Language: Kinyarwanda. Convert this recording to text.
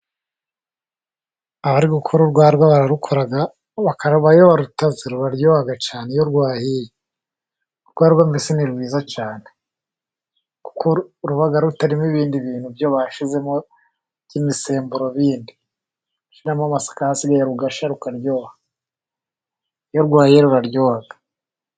Abari gukura urwarwa bararukora, baka iyo barutaze, ruraryoha cyane iyo rwahiye, urwarwa mbese ni rwiza cyane, kuko ruba rutarimo ibindi bintu, byo bashyizemo by'imisemburo bindi, bagashiramo amasaka rugasha rukaryoha, iyo rwahiye ruraryoha.